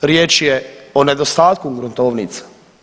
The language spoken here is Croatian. Riječ je o nedostatku gruntovnica.